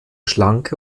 schlanke